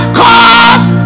cause